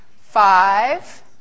five